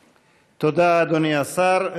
תודה, אדוני השר.